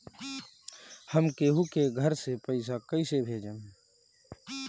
हम केहु के घर से पैसा कैइसे भेजम?